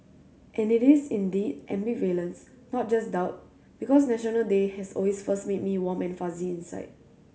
and it is indeed ambivalence not just doubt because National Day has always first made me warm and fuzzy inside